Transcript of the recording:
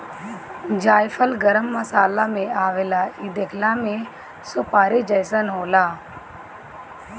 जायफल गरम मसाला में आवेला इ देखला में सुपारी जइसन होला